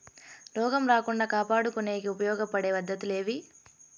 రోగం రాకుండా కాపాడుకునేకి ఉపయోగపడే పద్ధతులు ఏవి?